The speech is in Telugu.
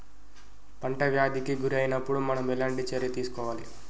పంట వ్యాధి కి గురి అయినపుడు మనం ఎలాంటి చర్య తీసుకోవాలి?